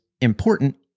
important